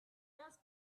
just